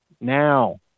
now